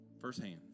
firsthand